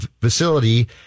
facility